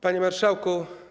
Panie Marszałku!